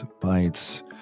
bites